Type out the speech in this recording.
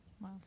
Wow